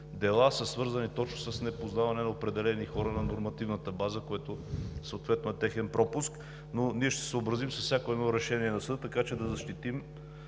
дела са свързани точно с непознаване от определени хора на нормативната база, което съответно е техен пропуск. Ние ще се съобразим с всяко едно решение на съда, така че да защитим